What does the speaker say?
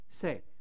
say